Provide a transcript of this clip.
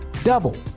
Double